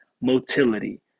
motility